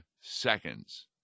seconds